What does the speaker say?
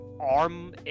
arm